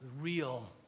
real